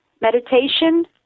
Meditation